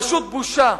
פשוט בושה.